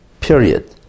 period